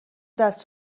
دست